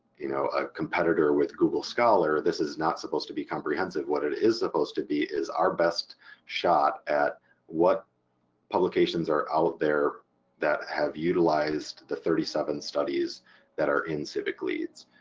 you know, a competitor with google scholar, this is not supposed to be comprehensive, what it is supposed to be is our best shot at what publications are out there that have utilized the thirty seven studies that are in civicleads.